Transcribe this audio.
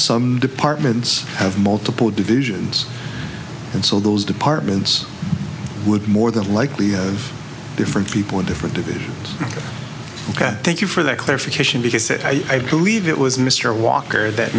some departments have multiple divisions and so those departments would more than likely have different people in different divisions ok thank you for that clarification because i believe it was mr walker that